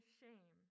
shame